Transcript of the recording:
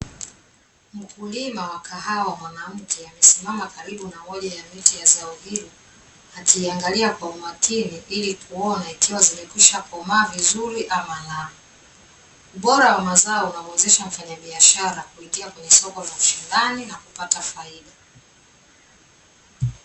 Mkulima wa kahawa mwanamke amesimama karibu na miti ya zao hilo, akiangalia kwa makini ili kuona ikiwa zimekwisha komaa vizuri ama la. Ubora wa mazao unamuwezesha mfanyabiashara kuingia kwenye soko la ushindani na kupata faida.